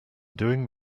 doing